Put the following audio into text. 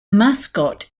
mascot